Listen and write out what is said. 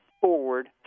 forward